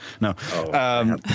No